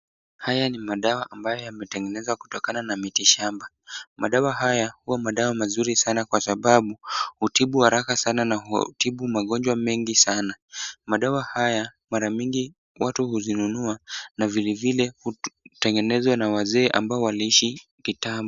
Haya ni madawa ambayo yametengenezwa kutokana na miti shamba, madawa haya huwa madawa mazuri sana kwa sababu hutibu haraka sana na hutibu magonjwa mengi sana. Madawa haya mara mingi watu huzinunua na vilevile hutengenezwa na wazee ambao waliishi kitambo.